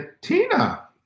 Tina